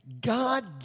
God